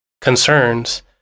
concerns